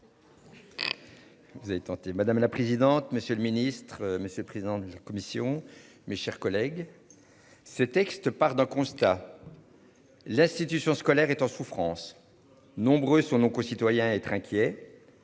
madame la présidente, monsieur le ministre, monsieur le président de la commission. Mes chers collègues. Ce texte part d'un constat. L'institution scolaire est en souffrance. Nombreux sont nos concitoyens, être inquiet.